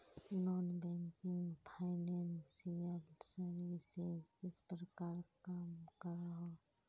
Non banking financial services किस प्रकार काम करोहो?